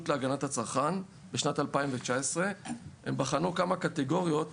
להגנת הצרכן בשנת 2019. הם בחנו כמה קטגוריות